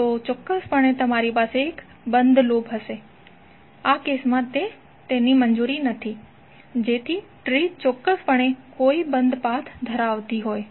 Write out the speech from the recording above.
તો ચોક્કસપણે તમારી પાસે એક બંધ લૂપ હશે આ કેસ મા તેની મંજૂરી નથી જેથી ટ્રી ચોક્કસપણે કોઈ બંધ પાથ ધરાવતી હશે